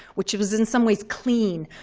which was in some ways clean.